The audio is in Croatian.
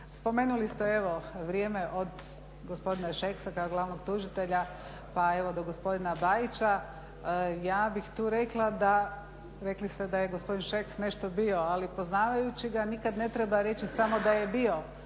Spomenuli ste vrijeme od gospodina Šeksa kao glavnog tužitelja pa evo do gospodina Bajića. Ja bih tu rekla da, rekli ste da je gospodin Šeks nešto bio ali poznavajući ga nikad ne treba reći samo da je bio,